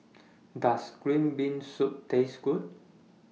Does Green Bean Soup Taste Good